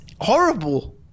horrible